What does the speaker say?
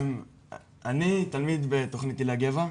אני תלמיד בתוכנית "הילה-גבע",